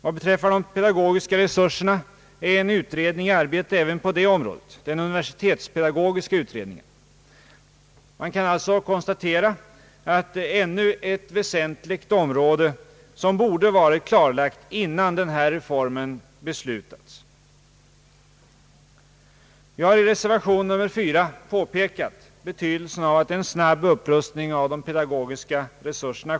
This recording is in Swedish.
Vad beträffar de pedagogiska resurserna är en utredning i arbete, nämligen den universitetspedagogiska utredningen. Detta är alltså ännu ett väsentligt område, som borde ha varit klarlagt innan denna reform beslutats. Vi har i reservation 4 påpekat betydelsen av en snabb upprustning i de pedagogiska resurserna.